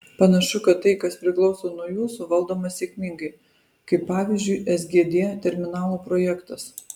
panašu kad tai kas priklauso nuo jūsų valdoma sėkmingai kaip pavyzdžiui sgd terminalo projektas